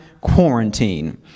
quarantine